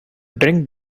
drink